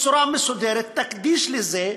בצורה מסודרת לא יקדיש לזה,